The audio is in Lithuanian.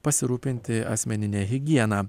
pasirūpinti asmenine higiena